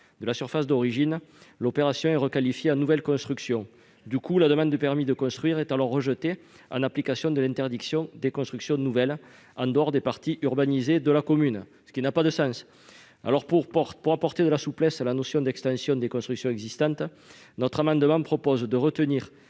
de la surface d'origine, l'opération est requalifiée en nouvelle construction. La demande de permis de construire est alors rejetée, en application de l'interdiction des constructions nouvelles en dehors des parties urbanisées de la commune, ce qui n'a pas de sens. Pour apporter de la souplesse à la notion d'« extension des constructions existantes », nous proposons,